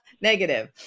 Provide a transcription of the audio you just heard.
negative